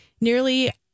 nearly